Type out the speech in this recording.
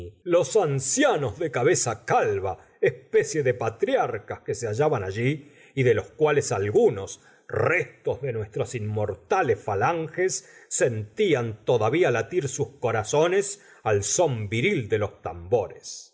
los ancianos de cabeza calva especie de patriarcas que se hallaban allí y de los cuales algunos restos de nuestras inmortales falanges sentían todavía latir sus corazones al son viril de los tambores